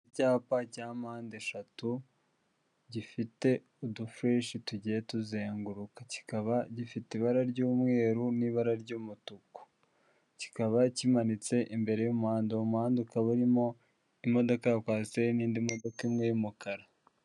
Icyapa cya mpandeshatu, gifite udufureshi tugiye tuzenguruka, kikaba gifite ibara ry'umweru n'ibara ry'umutuku, kikaba kimanitse imbere y'umuhanda, uwo muhanda ukaba urimo imodoka ya kwasiteri n'indi modoka imwe y'umukara.